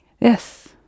Yes